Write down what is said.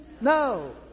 no